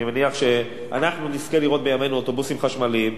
אני מניח שאנחנו נזכה לראות בימינו אוטובוסים חשמליים,